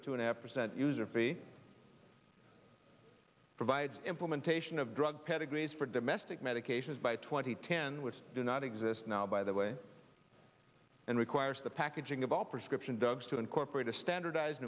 a two and a half percent user fee provides implementation of drug pedigrees for domestic medications by twenty ten which do not exist now by the way and requires the packaging of all prescription drugs to incorporate a standardized